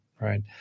Right